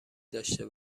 داشته